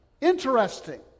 Interesting